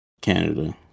Canada